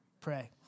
pray